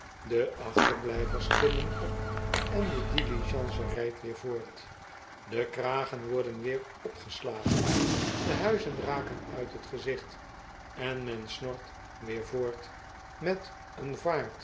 de achterblfjvers klimmen op en de diligence rijdt weer voort de kragen worden weer opgeslagen de huizen raken uit het gezicht en men snort weer voort met een